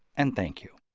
and thank you